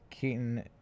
Keaton